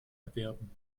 erwerben